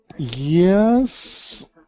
Yes